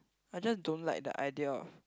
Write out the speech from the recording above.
I just don't like the idea of